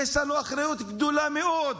יש לנו אחריות גדולה מאוד